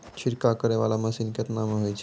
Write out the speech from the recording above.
छिड़काव करै वाला मसीन केतना मे होय छै?